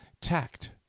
tact